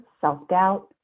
self-doubt